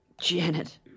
Janet